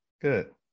good